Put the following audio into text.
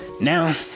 Now